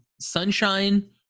Sunshine